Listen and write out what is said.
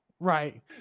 Right